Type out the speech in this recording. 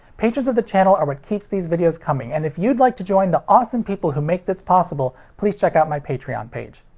patrons of the channel are what keeps these videos coming, and if you'd like to join the awesome people who make this possible, please check out my patreon page.